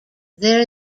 there